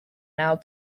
now